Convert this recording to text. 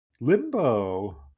limbo